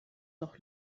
noch